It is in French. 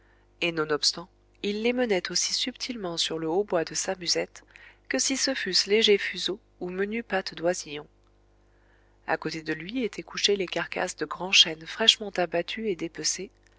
et nonobstant il les menait aussi subtilement sur le hautbois de sa musette que si ce fussent légers fuseaux ou menues pattes d'oisillons à côté de lui étaient couchées les carcasses de grands chênes fraîchement abattus et